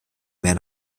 mehr